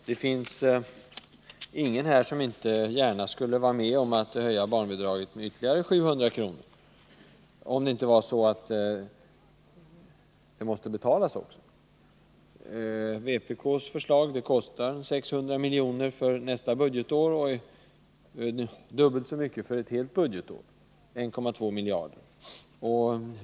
Det finns väl ingen här som inte gärna skulle vara med om att höja barnbidraget med ytterligare 700 kr., om det inte vore så att det också måste betalas. Vpk:s förslag kostar 600 milj.kr. för innevarande budgetår och dubbelt så mycket för ett helt budgetår, dvs. 1,2 miljarder.